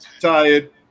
Tired